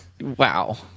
wow